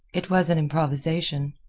it was an improvisation.